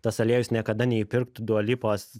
tas aliejus niekada neįpirktų dua lipos